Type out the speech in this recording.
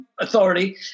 authority